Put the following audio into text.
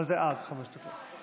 אבל זה עד חמש דקות.